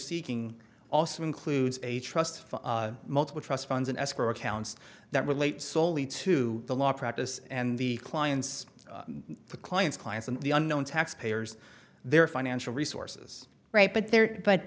seeking also includes a trust multiple trust funds and escrow accounts that relate solely to the law practice and the clients the clients clients and the unknown tax payers their financial resources right but there but